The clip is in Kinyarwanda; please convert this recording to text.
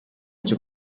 cyo